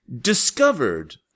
discovered